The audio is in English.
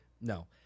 No